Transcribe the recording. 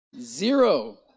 Zero